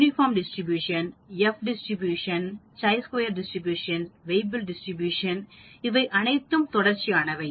uniform distribution F distribution chi square distribution Weibull distribution இவை அனைத்தும் தொடர்ச்சியானவை